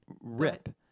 rip